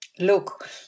Look